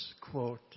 quote